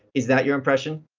is that your impression?